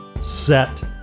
set